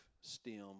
stem